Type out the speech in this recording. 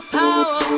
power